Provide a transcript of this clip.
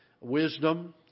wisdom